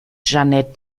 jeanette